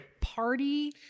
party